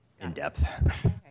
in-depth